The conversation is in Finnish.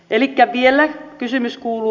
elikkä vielä kysymys kuuluu